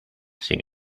sin